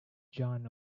john